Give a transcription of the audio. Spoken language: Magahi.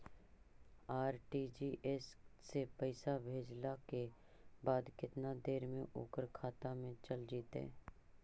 आर.टी.जी.एस से पैसा भेजला के बाद केतना देर मे ओकर खाता मे चल जितै?